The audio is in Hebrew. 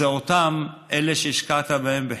זה אלה שהשקעת בהם בחינוך.